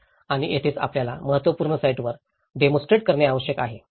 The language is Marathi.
आणि येथेच आपल्याला महत्त्वपूर्ण साइटवर डेमोस्ट्रेट करणे आवश्यक आहे